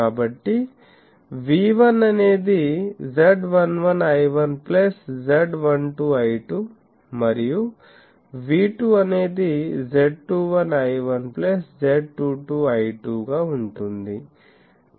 కాబట్టి V1 అనేది Z11 I1 plus Z12 I2 మరియు V2 అనేది Z21 I1 plus Z22 I2 గా ఉంటుంది